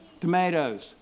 Tomatoes